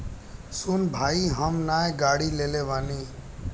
सुन भाई हम नाय गाड़ी लेले बानी